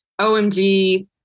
OMG